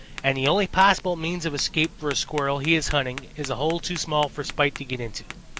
and the only possible means of escape for a squirrel he is hunting is a hole too small for spite to get into.